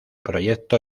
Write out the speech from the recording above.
proyecto